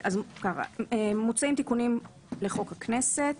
מוצעים תיקונים לחוק הכנסת.